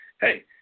hey